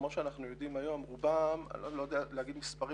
כמו שאנחנו יודעים היום אני לא יודע לומר מספרים